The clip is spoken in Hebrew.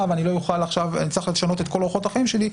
ואני צריך לשנות את כל אורחות החיים שלי,